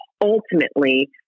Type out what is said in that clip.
ultimately